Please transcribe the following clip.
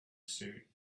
suit